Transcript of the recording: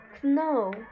Snow